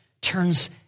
turns